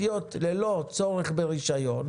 כי אנחנו מתגברים בסעיף קטן (א) על הצורך בהיתר.